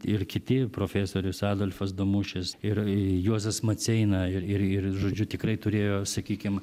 ir kiti profesorius adolfas damušis ir juozas maceina ir ir ir žodžiu tikrai turėjo sakykim